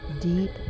deep